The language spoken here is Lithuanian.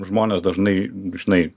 žmonės dažnai žinai